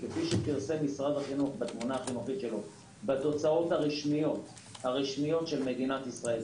כפי שפרסם משרד החינוך בתוצאות הרשמיות של מדינת ישראל,